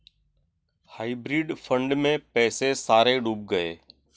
hybrid fund में पैसे सारे डूब गए